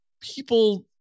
people